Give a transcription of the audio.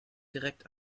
direkt